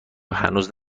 هنوز